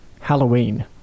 halloween